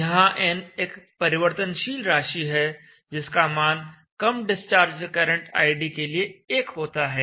यहां n एक परिवर्तनशील राशि है जिसका मान कम डिस्चार्ज करंट id के लिए 1 होता है